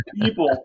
people